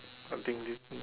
I think this